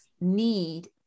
need